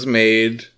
made